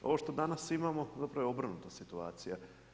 Ovo što danas imamo zapravo je obrnuta situacija.